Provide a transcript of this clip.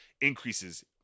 increases